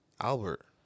Albert